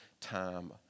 time